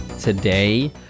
today